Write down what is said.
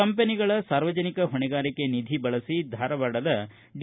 ಕಂಪನಿಗಳ ಸಾರ್ವಜನಿಕ ಹೊಣೆಗಾರಿಕೆ ನಿಧಿ ಬಳಸಿ ಧಾರವಾಡದ ಡಿ